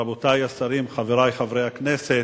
רבותי השרים, חברי חברי הכנסת,